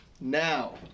Now